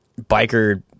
biker